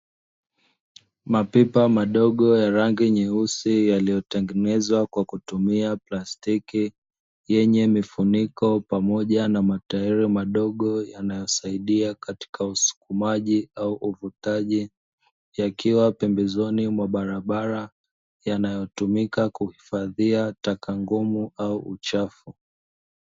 Mapipa madogo ya rangi nyeusi, yaliyotengenezwa kwa kutumia plastiki, yenye mifuniko na matairi madogo yanayosaidia katika usukumaji au uvutaji, yakiwa pembezoni mwa barabara, yanayotumika kuhifadhia taka ngumu au uchafu.